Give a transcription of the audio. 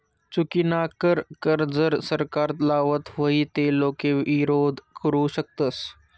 चुकीनाकर कर जर सरकार लावत व्हई ते लोके ईरोध करु शकतस